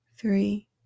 three